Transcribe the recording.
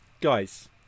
guys